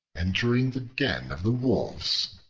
entering the den of the wolves,